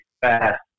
fast